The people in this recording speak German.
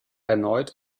erneut